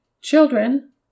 Children